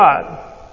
God